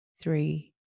three